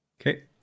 Okay